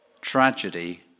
tragedy